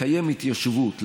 לקיים התיישבות,